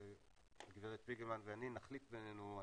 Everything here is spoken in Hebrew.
גב' שפיגלמן ואני נחליף בינינו,